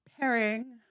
pairing